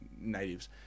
natives